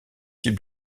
types